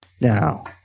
now